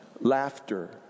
laughter